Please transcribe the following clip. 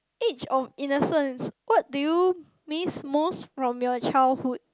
age of innocence what do you miss most from your childhood